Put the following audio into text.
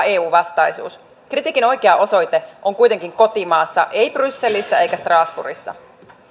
eu vastaisuus kritiikin oikea osoite on kuitenkin kotimaassa ei brysselissä eikä strasbourgissa